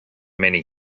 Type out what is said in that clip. many